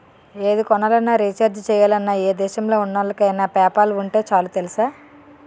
ఏది కొనాలన్నా, రీచార్జి చెయ్యాలన్నా, ఏ దేశంలో ఉన్నోళ్ళకైన పేపాల్ ఉంటే చాలు తెలుసా?